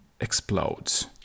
explodes